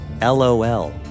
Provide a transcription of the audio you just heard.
LOL